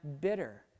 bitter